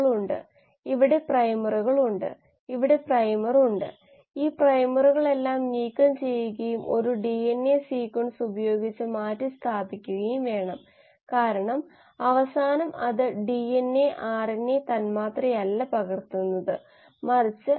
flux ഇവിടെ L ലൈസിനിലേക്ക് പോകണമെന്ന് നമ്മൾ ആഗ്രഹിക്കുന്നുവെന്ന് കരുതുക ഇത് സാധ്യതയുള്ള ഒരു സ്ഥലമാണ് ഇവിടെ ഫ്ലക്സ് കൂടുതൽ ഉണ്ടാക്കുന്നതിന് ചില വഴികളിലൂടെ ഇവിടത്തെ ഫ്ലക്സുമായി താരതമ്യപ്പെടുത്തുമ്പോൾ അതാണ് എൽ ലൈസിൻ ഉത്പാദനം വർദ്ധിപ്പിക്കാൻ പോകുന്നത് ശരിയല്ലേ